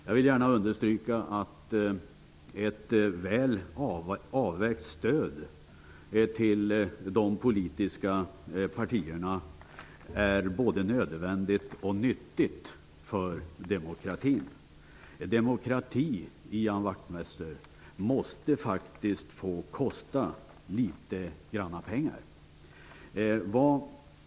Jag vill gärna understryka att ett väl avvägt stöd till de politiska partierna är både nödvändigt och nyttigt för demokratin. Demokrati, Ian Wachtmeister, måste faktiskt få kosta pengar.